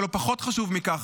ולא פחות חשוב מכך,